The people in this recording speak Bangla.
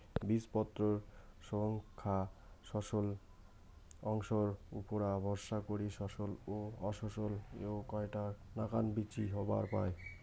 বীজপত্রর সইঙখা শস্যল অংশর উপুরা ভরসা করি শস্যল ও অশস্যল এ্যাই কয়টার নাকান বীচি হবার পায়